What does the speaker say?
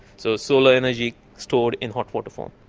so solar energy stored in hot water form.